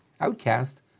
outcast